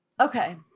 Okay